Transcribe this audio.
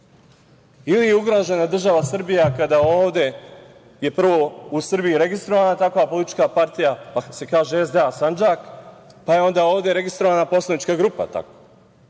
ili je ugrožena država Srbija kada ovde je prvo u Srbiji registrovana takva politička partija, pa se kaže SDA Sandžak, pa je onda ovde registrovana poslanička grupa takva. Molim